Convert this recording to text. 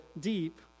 deep